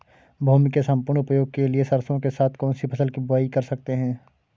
भूमि के सम्पूर्ण उपयोग के लिए सरसो के साथ कौन सी फसल की बुआई कर सकते हैं?